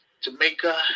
Jamaica